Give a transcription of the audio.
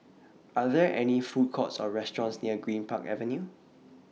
Are There any Food Courts Or restaurants near Greenpark Avenue